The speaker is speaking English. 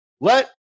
Let